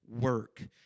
work